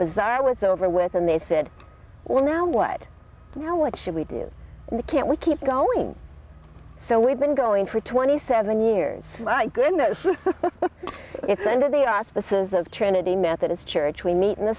desire was over with and they said well now what now what should we do can't we keep going so we've been going for twenty seven years like goodness it's under the auspices trinity methodist church we meet in the